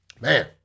Man